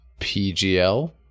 PGL